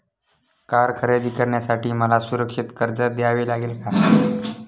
Car खरेदी करण्यासाठी मला सुरक्षित कर्ज घ्यावे लागेल का?